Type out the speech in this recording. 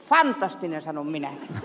fantastinen sanon minä